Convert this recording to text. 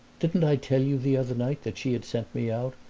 didn't i tell you the other night that she had sent me out?